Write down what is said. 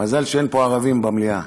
מזל שאין פה ערבים במליאה.